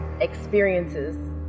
experiences